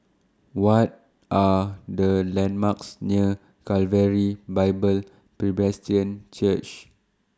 What Are The landmarks near Calvary Bible Presbyterian Church